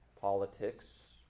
politics